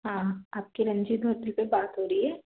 हाँ आपकी रणजीत होटल पे बात हो रही है